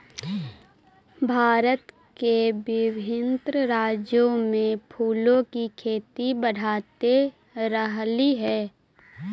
भारत के विभिन्न राज्यों में फूलों की खेती बढ़ते रहलइ हे